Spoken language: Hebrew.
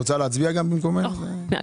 אורית,